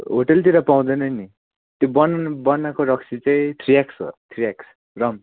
होटलतिर पाउँदैन नि त्यो बन बनाएको रक्सी चाहिँ थ्री एक्स हो थ्री एक्स रम